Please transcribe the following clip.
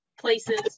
places